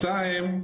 שתיים,